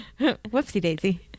Whoopsie-daisy